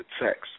sex